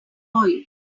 oil